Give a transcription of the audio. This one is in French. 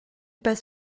pas